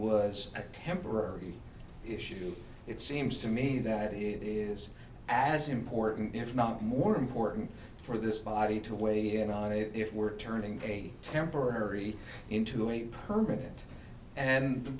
was a temporary issue it seems to me that it is as important if not more important for this body to weigh in on if we're turning a temporary into a permanent and t